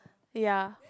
ya